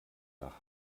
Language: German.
nach